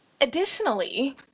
additionally